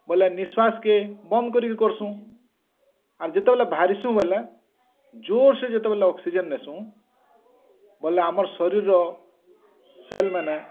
ବୋଲେ ନିଶ୍ୱାସକେ ବନ୍ଦକରିକି କରସୁଁ ଆର୍ ଯେତେବେଲେ ଭାରିସୁଁ ବୋଲେ ଯୋରସେଁ ଯେତେବେଲେ ଅକ୍ସିଜେନ ନେସୁଁ ବୋଲେ ଆମର ଶରୀର ସେଲ୍ ମାନେ